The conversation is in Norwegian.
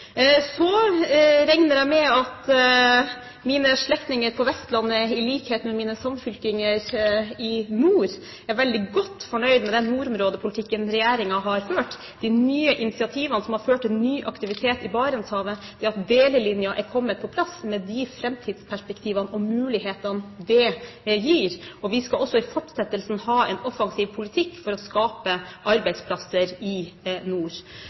Så regner jeg med at mine slektninger på Vestlandet, i likhet med mine samfylkinger i nord, er veldig godt fornøyd med den nordområdepolitikken regjeringen har ført, med de nye initiativene som har ført til ny aktivitet i Barentshavet ved at delelinjen har kommet på plass, med de framtidsperspektivene og mulighetene det gir. Vi skal også i fortsettelsen ha en offensiv politikk for å skape arbeidsplasser i nord.